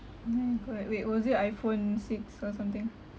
my god wait was it iphone six or something